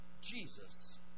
Jesus